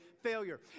failure